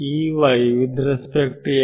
ಇದು ಮೈನಸ್ ಅಲ್ಲವೇ